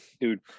Dude